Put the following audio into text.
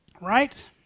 right